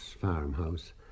farmhouse